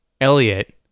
Elliot